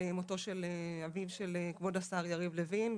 מותו של אביו של כבוד השר יריב לוין,